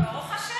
ברוך השם.